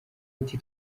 ati